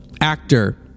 actor